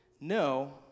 no